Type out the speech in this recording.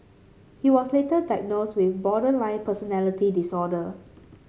he was later diagnosed with borderline personality disorder